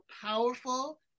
powerful